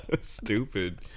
Stupid